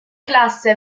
classe